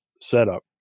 setup